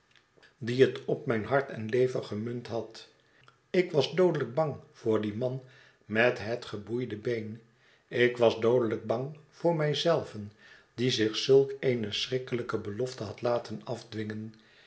die het op mijn hart en lever gemunt had ik was doodelijk bang voor dien man met het geboeide been ik was doodelijk bang voor mij zelven die zich zulk eene schrikkelijke belofte had laten afdwingen